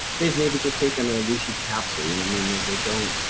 they've maybe just taken a reishi capsule. you know i mean and they don't,